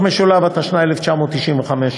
התשנ"ה 1995,